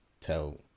tell